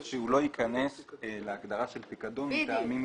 שהוא לא ייכנס להגדרה של פיקדון מטעמים הלכתיים.